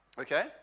okay